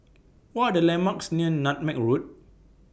What Are The landmarks near Nutmeg Road